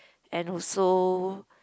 and also